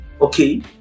Okay